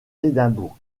édimbourg